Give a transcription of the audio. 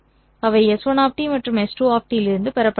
அவை S1 மற்றும் S2 இலிருந்து பெறப்பட்டுள்ளன